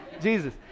Jesus